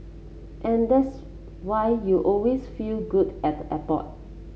and that's why you always feel good at the airport